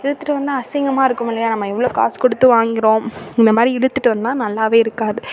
இழுத்துகிட்டு வந்தால் அசிங்கமாக இருக்குமில்லையா நம்ம எவ்வளோ காசு கொடுத்து வாங்குறோம் இந்தமாதிரி இழுத்துட்டு வந்தால் நல்லாவே இருக்காது